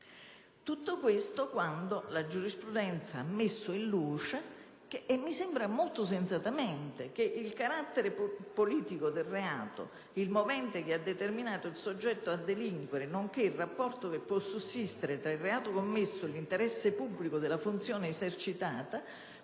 Tutto questo quando la giurisprudenza ha messo in luce - e mi sembra molto sensatamente - che «il carattere politico del reato, il movente che ha determinato il soggetto a delinquere, nonché il rapporto che può sussistere tra il reato commesso e l'interesse pubblico della funzione esercitata,